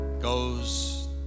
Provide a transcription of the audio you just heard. goes